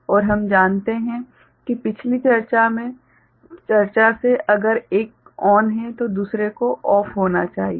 और हम जानते हैं कि पिछली चर्चा से अगर एक चालू है तो दूसरे को बंद होना चाहिए